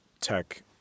tech